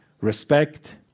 respect